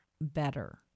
better